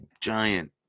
giant